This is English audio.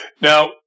Now